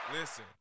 Listen